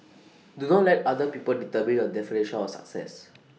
do not let other people determine your definition of success